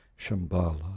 Shambhala